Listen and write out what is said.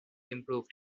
improved